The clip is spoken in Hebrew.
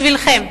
בשבילכם.